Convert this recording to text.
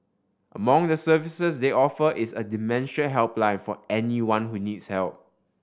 among the services they offer is a dementia helpline for anyone who needs help